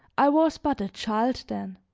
i was but a child then,